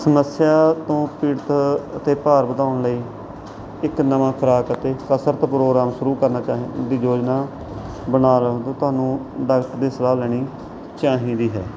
ਸਮੱਸਿਆ ਤੋਂ ਪੀੜਤ ਅਤੇ ਭਾਰ ਵਧਾਉਣ ਲਈ ਇੱਕ ਨਵਾਂ ਖੁਰਾਕ ਅਤੇ ਕਸਰਤ ਪ੍ਰੋਗਰਾਮ ਸ਼ੁਰੂ ਕਰਨਾ ਚਾਹੀਦਾ ਦੀ ਯੋਜਨਾ ਬਣਾ ਲਓ ਤੁਹਾਨੂੰ ਡਾਕਟਰ ਦੀ ਸਲਾਹ ਲੈਣੀ ਚਾਹੀਦੀ ਹੈ